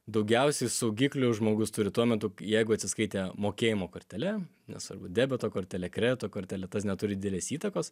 daugiausiai saugiklių žmogus turi tuo metu jeigu atsiskaitė mokėjimo kortele nesvarbu debeto kortele kredito kortele tas neturi didelės įtakos